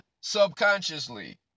subconsciously